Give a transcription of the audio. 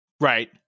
Right